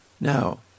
Now